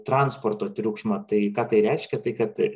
transporto triukšmą tai ką tai reiškia tai kad